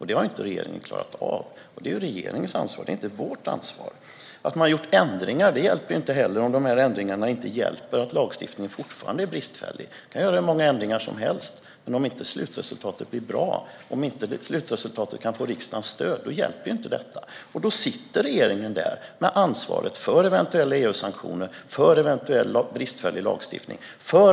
Det har regeringen inte klarat av, och det är regeringens ansvar, inte vårt. Att göra ändringar hjälper inte heller om dessa ändringar inte avhjälper att lagstiftningen är bristfällig. Man kan göra hur många ändringar som helst, men om slutresultatet inte blir bra och inte får riksdagens stöd hjälper det inte. Då sitter regeringen där med ansvaret för eventuella EU-sanktioner och eventuell bristfällig lagstiftning.